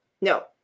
no